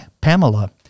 pamela